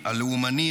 הלאומני,